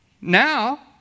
Now